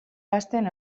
ahazten